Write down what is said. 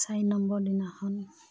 চাৰি নম্বৰ দিনাখন